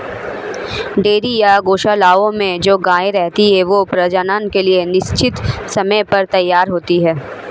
dairy या गोशालाओं में जो गायें रहती हैं, वे प्रजनन के लिए निश्चित समय पर तैयार होती हैं